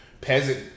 peasant